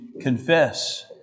confess